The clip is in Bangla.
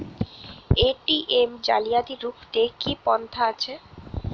এ.টি.এম জালিয়াতি রুখতে কি কি পন্থা আছে?